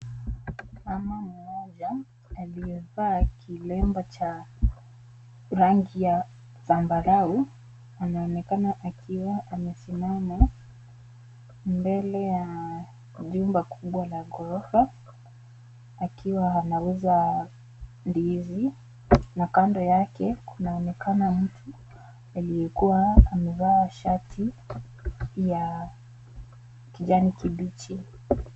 Mama moja aliyevaa kilemba cha rangi ya zambarau. Anaonekana akiwa amesimama mbele ya jumba kubwa la gorofa akiwa anauza ndizi, na kando yake kunaonekana mtu aliyekuwa amevaa shati ya kijani kipichi.